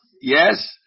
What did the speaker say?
Yes